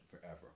forever